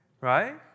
right